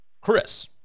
Chris